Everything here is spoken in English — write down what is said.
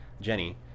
Jenny